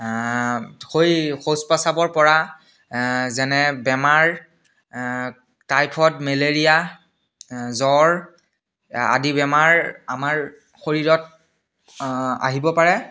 সৈ শৌচ পাচাপৰ পৰা যেনে বেমাৰ টাইফয়ড মেলেৰিয়া জ্বৰ আদি বেমাৰ আমাৰ শৰীৰত আহিব পাৰে